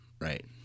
Right